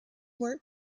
work